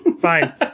Fine